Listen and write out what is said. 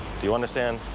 do you understand?